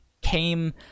came –